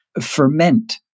ferment